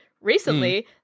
Recently